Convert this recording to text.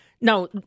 Now